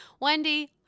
Wendy